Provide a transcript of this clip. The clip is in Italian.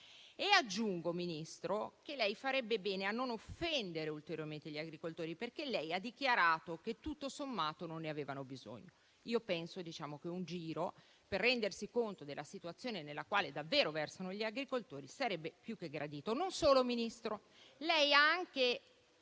Aggiungo, Ministro, che lei farebbe bene a non offendere ulteriormente gli agricoltori, perché lei ha dichiarato che, tutto sommato, non ne avevano bisogno. Io penso che un giro, per rendersi conto della situazione nella quale davvero versano gli agricoltori, sarebbe più che gradito. Non solo, Ministro: lei ha anche